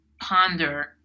ponder